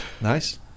nice